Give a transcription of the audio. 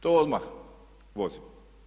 To odmah vozimo.